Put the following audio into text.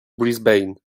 brisbane